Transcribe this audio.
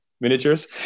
miniatures